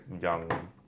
young